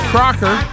Crocker